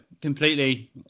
completely